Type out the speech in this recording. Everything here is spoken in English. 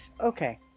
Okay